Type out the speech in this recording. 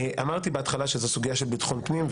אמרתי בהתחלה שזו סוגיה של ביטחון פנים,